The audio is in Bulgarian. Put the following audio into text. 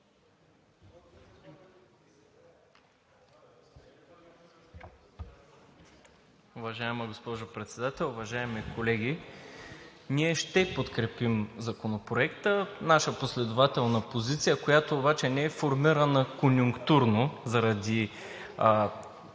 Уважаема госпожо Председател, уважаеми колеги! Ние ще подкрепим Законопроекта. Нашата последователна позиция, която обаче не е формирана конюнктурно заради